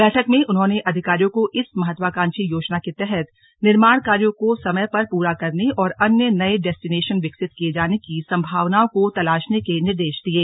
बैठक में उन्होंने अधिकारियों को इस महत्वाकांक्षी योजना के तहत निर्माण कार्यों को समय पर पूरा करने और अन्य नये डेस्टीनेशन विकसित किये जाने की सम्भावनाओं को तलाशने के निर्देश दिये